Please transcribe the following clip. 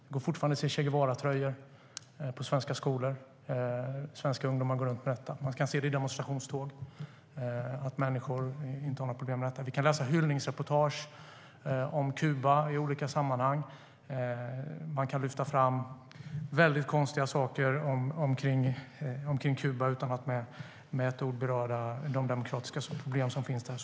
Det går fortfarande att se Che Guevara-tröjor på svenska skolor, där svenska ungdomar går omkring i dem. I demonstrationståg kan vi se att människor inte har några problem med Kuba. Vi kan läsa hyllningsreportage om Kuba i olika sammanhang. Man kan lyfta fram mycket konstiga saker kring Kuba utan att med ett enda ord beröra de demokratiska problem som finns där.